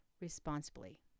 responsibly